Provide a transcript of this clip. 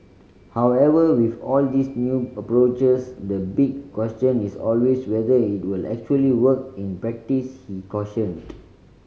however with all these new approaches the big question is always whether it will actually work in practice he cautioned